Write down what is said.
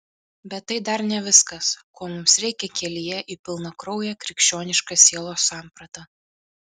bet tai dar ne viskas ko mums reikia kelyje į pilnakrauję krikščionišką sielos sampratą